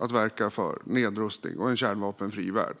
Att verka för nedrustning och en kärnvapenfri värld är faktiskt en ambition också i Nato.